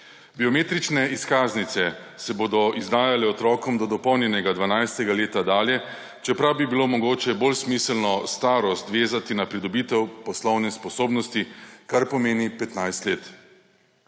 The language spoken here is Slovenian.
Biometrične izkaznice se bodo izdajale otrokom do dopolnjenega 12. leta dalje, čeprav bi bilo mogoče bolj smiselno starost vezati na pridobitev poslovne sposobnosti, kar pomeni 15 let.